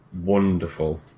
wonderful